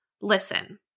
listen